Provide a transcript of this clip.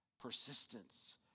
persistence